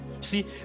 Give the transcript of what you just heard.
see